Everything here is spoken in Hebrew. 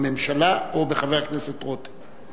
למדינת ישראל ולכל מדינה שמתיימרת להיות דמוקרטית.